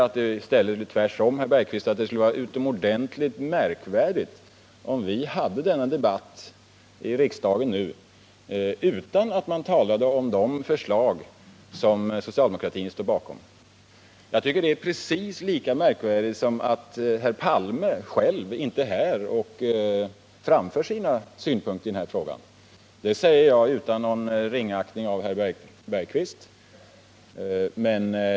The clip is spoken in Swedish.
Tvärtom, herr Bergqvist, skulle det vara utomordentligt märkvärdigt, om vi nu hade denna debatt i riksdagen utan att tala om de förslag som socialdemokratin står bakom. Jag tycker att det skulle vara precis lika märkvärdigt som det är att herr Palme inte själv är här och framför sina synpunkter i den här frågan; det säger jag utan någon ringaktning för herr Bergqvist.